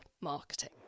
marketing